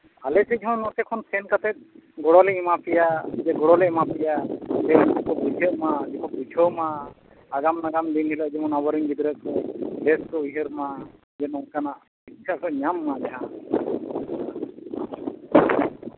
ᱟᱞᱮ ᱴᱷᱮᱡ ᱦᱚᱸ ᱱᱚᱛᱮ ᱠᱷᱚᱱ ᱥᱮᱱ ᱠᱟᱛᱮᱫ ᱜᱚᱲᱚᱞᱤᱧ ᱮᱢᱟ ᱯᱮᱭᱟ ᱜᱚᱲᱚᱞᱮ ᱮᱢᱟ ᱯᱮᱭᱟ ᱵᱩᱡᱷᱟᱹᱜ ᱢᱟ ᱵᱩᱡᱷᱟᱹᱣ ᱢᱟ ᱟᱜᱟᱢ ᱱᱟᱜᱟᱢ ᱫᱤᱱ ᱦᱤᱞᱳᱜ ᱡᱮᱢᱚᱱ ᱟᱵᱚ ᱨᱤᱱ ᱜᱤᱫᱽᱨᱟᱹ ᱵᱮᱥ ᱠᱚ ᱩᱭᱦᱟᱹᱨ ᱢᱟ ᱡᱮ ᱱᱚᱝᱠᱟᱱᱟᱜ ᱥᱤᱠᱠᱷᱟ ᱠᱚ ᱧᱟᱢ ᱢᱟ ᱡᱟᱦᱟᱸ